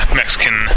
mexican